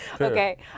Okay